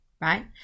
right